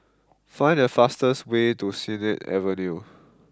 find the fastest way to Sennett Avenue